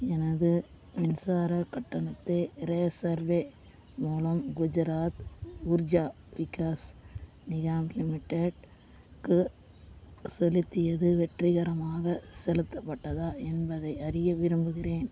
எனது மின்சாரக் கட்டணத்தை ரேசர்பே மூலம் குஜராத் உர்ஜா விகாஸ் நிகாம் லிமிடெட்க்கு செலுத்தியது வெற்றிகரமாக செலுத்தப்பட்டதா என்பதை அறிய விரும்புகிறேன்